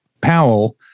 Powell